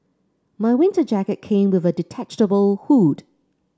my winter jacket came with a detachable hood